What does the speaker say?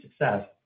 success